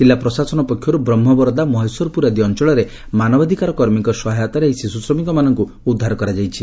ଜିଲ୍ଲା ପ୍ରଶାସନ ପକ୍ଷରୁ ବ୍ରହ୍କବରଦା ମହେଶ୍ୱରପୁର ଆଦି ଅଞ୍ଞଳରେ ମାନବାଧିକାର କର୍ମୀଙ୍କ ସହାୟତାରେ ଏହି ଶିଶୁଶ୍ରମିକମାନଙ୍ଙ୍ ଉଦ୍ଧାର କରାଯାଇଛି